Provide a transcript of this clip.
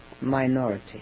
minority